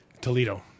Toledo